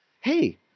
hey